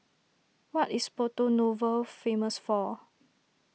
what is Porto Novo famous for